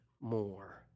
more